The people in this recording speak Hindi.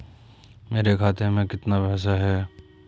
मेरे खाते में कितना पैसा है?